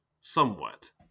somewhat